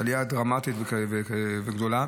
עלייה דרמטית וגדולה.